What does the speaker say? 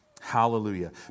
Hallelujah